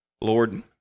Lord